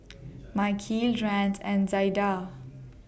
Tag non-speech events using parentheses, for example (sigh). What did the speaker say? (noise) Mikeal Rance and Zaida